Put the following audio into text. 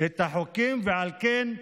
את החוקים, ועל כן,